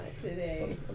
today